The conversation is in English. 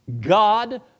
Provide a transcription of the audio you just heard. God